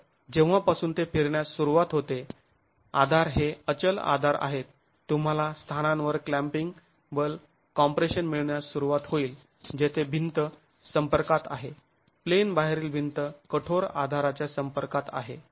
तर जेव्हापासून ते फिरण्यास सुरुवात होते आधार हे अचल आधार आहेत तुम्हाला स्थानांवर क्लॅंम्पिंग बल कॉम्प्रेशन मिळण्यास सुरुवात होईल जेथे भिंत संपर्कात आहे प्लेन बाहेरील भिंत कठोर आधाराच्या संपर्कात आहे